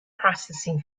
processing